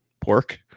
pork